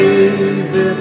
Baby